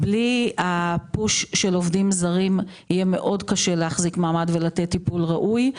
בלי ה-Push של עובדים זרים יהיה מאוד קשה להחזיק מעמד ולתת טיפול ראוי,